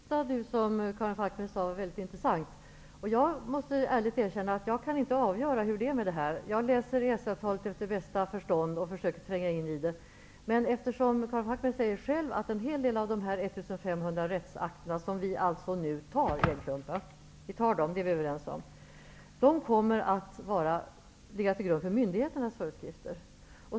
Herr talman! Det sista som Karin Falkmer sade var väldigt intressant. Jag måste ärligt erkänna att jag inte kan avgöra hur det är med det här. Jag läser EES-avtalet efter bästa förstånd och försöker tränga in i det. Karin Falkmer säger själv att en hel del av de 1 500 rättsakter som vi nu antar -- vi antar dem, det är vi överens om -- kommer att ligga till grund för myndigheternas föreskrifter.